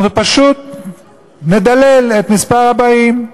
אנחנו פשוט נדלל את מספר הבאים.